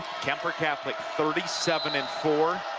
kuemper catholic thirty seven and four,